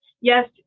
yes